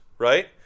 right